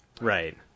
Right